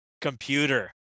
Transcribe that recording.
computer